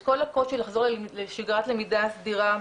את כל הקושי לחזור לשגרת למידה סדירה.